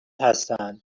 هستن